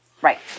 Right